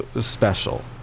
special